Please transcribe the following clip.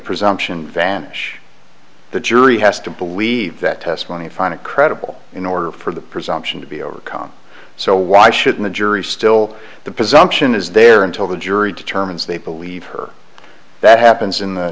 presumption vanish the jury has to believe that testimony find it credible in order for the presumption to be overcome so why should the jury still the presumption is there until the jury determines they believe her that happens in the